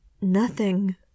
Nothing